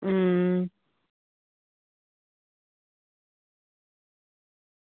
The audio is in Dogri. अं